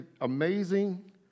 amazing